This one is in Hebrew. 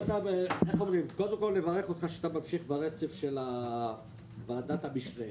אני רוצה לברך אותך שאתה ממשיך עם הרצף של ועדת המשנה,